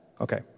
Okay